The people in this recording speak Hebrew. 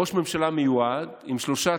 ראש ממשלה מיועד עם שלושה